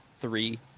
three